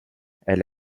elle